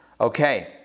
Okay